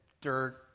dirt